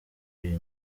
iyi